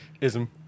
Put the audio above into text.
ism